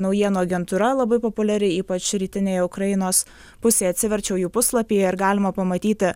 naujienų agentūra labai populiari ypač rytinėje ukrainos pusėje atsiverčiau jų puslapį ir galima pamatyti